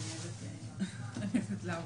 נתונים שהוצגו פה, אז ב-4 באוקטובר,